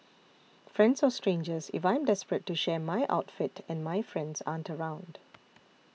friends or strangers if I am desperate to share my outfit and my friends aren't around